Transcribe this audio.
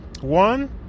One